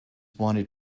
wanted